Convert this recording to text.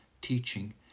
teaching